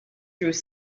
through